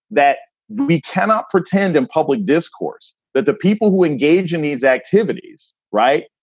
that we cannot pretend in public discourse that the people who engage in these activities. right.